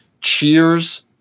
cheers